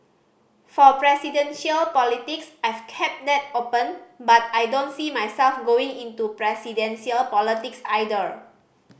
for presidential politics I've kept that open but I don't see myself going into presidential politics either